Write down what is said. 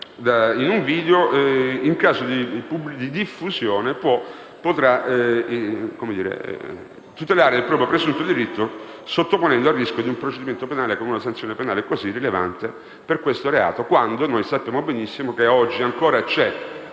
in un video, in caso di diffusione, potrà tutelare il proprio presunto diritto sottoponendosi al rischio di un procedimento penale. E ciò avverrà con una sanzione penale davvero rilevante per questo reato, e noi sappiamo benissimo che ad oggi ancora c'è